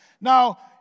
Now